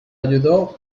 ayudó